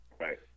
Right